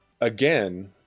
again